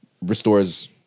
restores